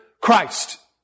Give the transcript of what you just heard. Christ